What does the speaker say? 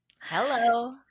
Hello